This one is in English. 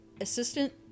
assistant